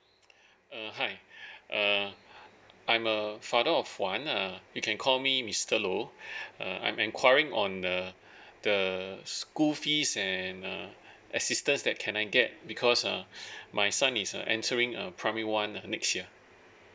uh hi err I'm a father of one uh you can call me mister low uh I'm enquiring on err the school fees and uh assistance that can I get because uh my son is uh entering uh primary one next year